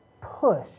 push